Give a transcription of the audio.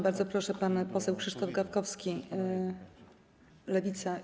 Bardzo proszę, pan poseł Krzysztof Gawkowski, Lewica.